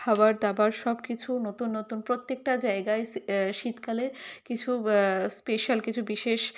খাবার দাবার সব কিছু নতুন নতুন প্রত্যেকটা জায়গায় শি শীতকালে কিছু স্পেশাল কিছু বিশেষ